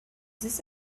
this